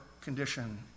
condition